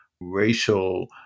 racial